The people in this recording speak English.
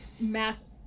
math